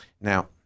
Now